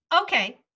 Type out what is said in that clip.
okay